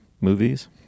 movies